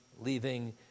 leaving